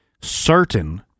certain